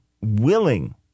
willing